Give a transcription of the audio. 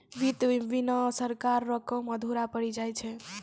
वित्त बिना सरकार रो काम अधुरा पड़ी जाय छै